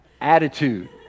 Attitude